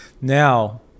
Now